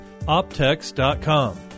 Optex.com